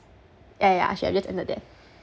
yeah yeah I should have just ended there